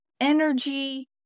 energy